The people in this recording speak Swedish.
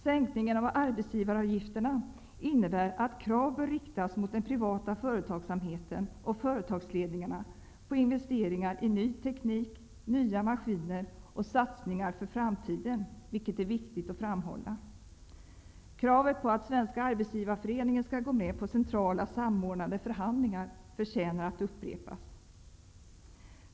Sänkningen av arbetsgivaravgifterna innebär att krav bör riktas mot den privata företagssamheten och företagsledningarna på investeringar i ny teknik, nya maskiner och i satsningar på framtiden, vilket är viktigt att framhålla. Kravet på att Svenska arbetsgivareföreningen skall gå med på centrala samordnade förhandlingar förtjänar att upprepas.